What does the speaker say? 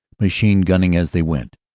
machine-gunning as they went.